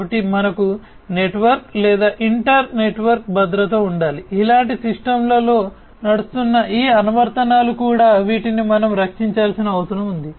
కాబట్టి మనకు నెట్వర్క్ లేదా ఇంటర్ నెట్వర్క్ భద్రత ఉండాలి ఇలాంటి సిస్టమ్లలో నడుస్తున్న ఈ అనువర్తనాలు కూడా వీటిని మనం రక్షించాల్సిన అవసరం ఉంది